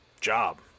job